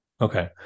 Okay